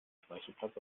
speicherplatz